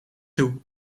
toe